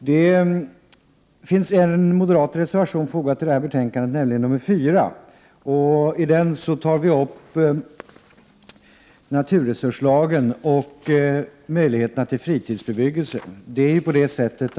Herr talman! En moderat motion är fogad vid detta betänkande, nämligen reservation nr 4. I den behandlas möjligheterna till fritidsbebyggelse enligt naturresurslagen.